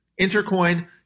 Intercoin